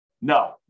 No